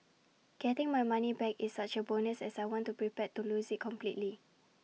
getting my money back is such A bonus as I was prepared to lose IT completely